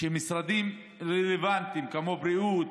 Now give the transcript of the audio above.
אל משרדים רלוונטיים כמו בריאות,